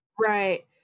Right